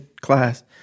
class